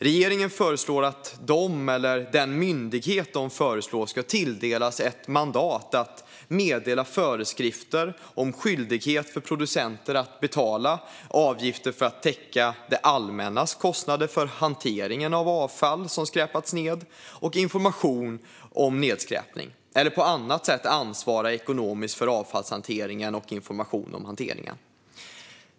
Regeringen föreslår att de eller den myndighet de föreslår ska tilldelas ett mandat att meddela föreskrifter om skyldighet för producenter att betala avgifter för att täcka det allmännas kostnader för hanteringen av avfall som skräpat ned och information om nedskräpning eller på annat sätt ansvara ekonomiskt för avfallshanteringen och information om hanteringen.